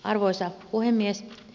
arvoisa puhemies